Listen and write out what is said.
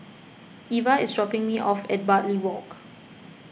Eva is dropping me off at Bartley Walk